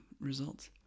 results